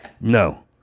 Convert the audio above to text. no